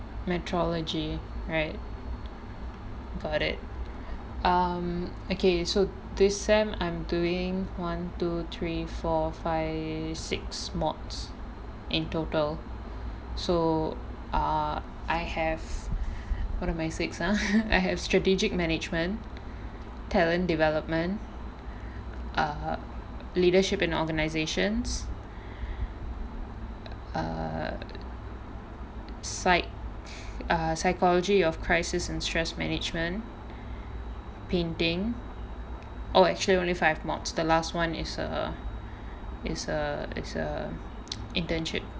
metrology right got it um okay so this semester I'm doing one two three four five six modules in total so uh I have what are my six ah I have strategic management talent development uh leadership in organisations err psyc~ err psychology of crisis and stress management painting oh actually only five modules the last one is a is a is a internship